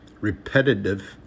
Repetitive